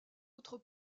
autre